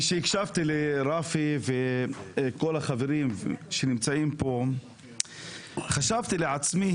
כשהקשבתי לרפי ולכל החברים שנמצאים פה חשבתי לעצמי